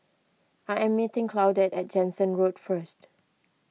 I am meeting Claudette at Jansen Road first